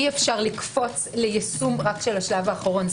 אי אפשר לקפוץ ליישום רק של השלב האחרון.